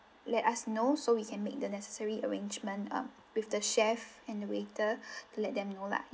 let us know so we can make the necessary arrangement um with the chef and the waiter to let them know lah